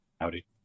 Howdy